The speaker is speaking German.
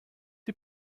die